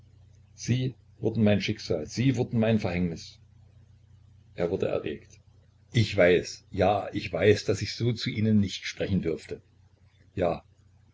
sie wurden mein schicksal sie wurden mein verhängnis er wurde erregt ich weiß ja ich weiß daß ich so zu ihnen nicht sprechen dürfte ja